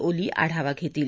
ओली आढावा घेतील